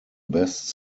best